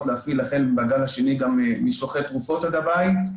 להפעיל בגל השני משלוחי תרופות עד הבית.